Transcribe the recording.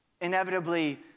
inevitably